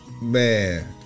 Man